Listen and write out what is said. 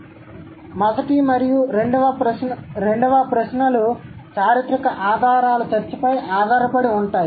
కాబట్టి మొదటి మరియు రెండవ ప్రశ్నలు చారిత్రక ఆధారాలు చర్చపై ఆధారపడి ఉంటాయి